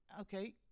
Okay